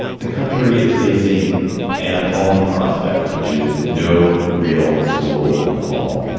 the country is facing an appalling prospect, which is no real school in the fall.